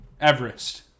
everest